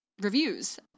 reviews